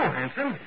Hanson